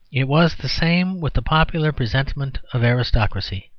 it was the same with the popular presentment of aristocracy.